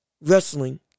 wrestling